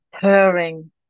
purring